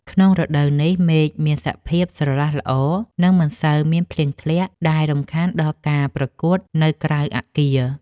ក្នុងរដូវនេះ មេឃមានសភាពស្រឡះល្អ និងមិនសូវមានភ្លៀងធ្លាក់ ដែលរំខានដល់ការប្រកួតនៅក្រៅអគារ។